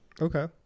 Okay